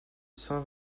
cent